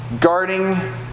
guarding